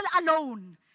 alone